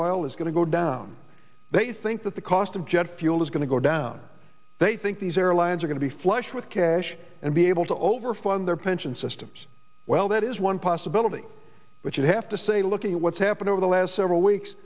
oil is going to go down they think that the cost of jet fuel is going to go down they think these airlines are going to be flush with cash and be able to over fund their pension systems well that is one possibility which would have to say look at what's happened over the last several weeks